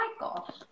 cycle